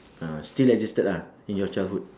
ah still existed ah in your childhood